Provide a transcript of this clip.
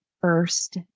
first